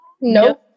No